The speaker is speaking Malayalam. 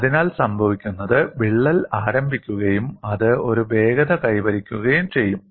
അതിനാൽ സംഭവിക്കുന്നത് വിള്ളൽ ആരംഭിക്കുകയും അത് ഒരു വേഗത കൈവരിക്കുകയും ചെയ്യും